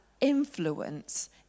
influence